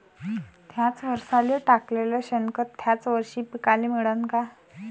थ्याच वरसाले टाकलेलं शेनखत थ्याच वरशी पिकाले मिळन का?